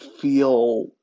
feel